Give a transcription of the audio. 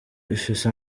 ifise